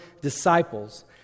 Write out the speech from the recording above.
disciples